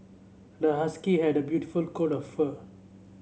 the husky had a beautiful coat of fur